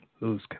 lose